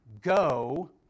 Go